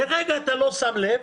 לרגע אתה לא שם לב,